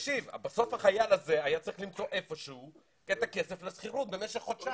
בסוף החייל הזה היה צריך למצוא איפה שהוא את הכסף לשכירות במשך חודשיים.